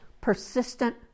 persistent